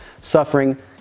suffering